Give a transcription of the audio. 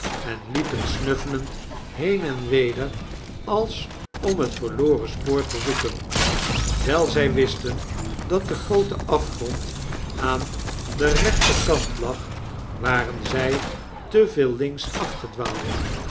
en liepen snuffelend heen en weder als om het verloren spoor te zoeken wfll zg wisten dat de groote afgrond aan den rechterkant lag waren zj te veel links